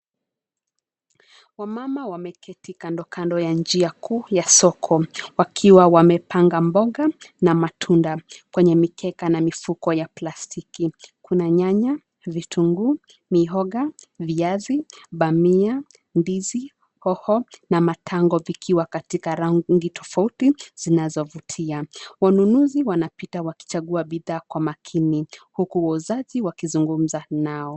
Wamama wameketi kando kando ya njia kuu ya soko, wakiwa wamepanga mboga na matunda. Kwenye mikeka na mifuko ya plastiki kuna: nyanya, vitunguu, mihoga, viazi, bamia, ndizi, hoho, na matango vikiwa katika rangi tofauti zinazovutia. Wanunuzi wanapita wakichagua bidhaa kwa makini, huku wazazi wakizungumza nao.